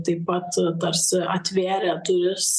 taip pat tarsi atvėrė duris